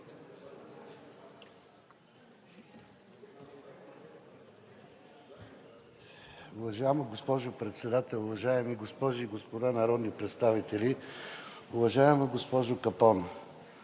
Уважаема госпожо Председател, уважаеми госпожи и господа народни представители! Уважаема госпожо Капон,